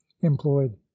employed